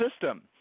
system